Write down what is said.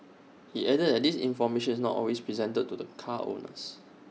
he added that this information is not always presented to the car owners